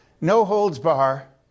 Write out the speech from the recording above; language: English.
no-holds-bar